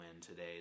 today